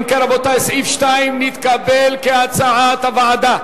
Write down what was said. אם כן, רבותי, סעיף 2 נתקבל כהצעת הוועדה.